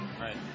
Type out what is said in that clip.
right